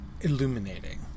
illuminating